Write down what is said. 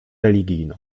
religijną